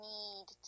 need